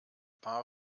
paar